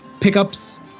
pickups